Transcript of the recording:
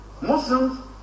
Muslims